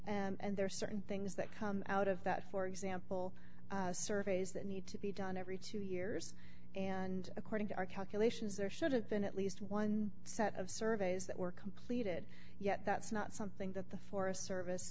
and there are certain things that come out of that for example surveys that need to be done every two years and according to our calculations there should have been at least one set of surveys that were completed yet that's not something that the forest service